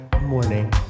Morning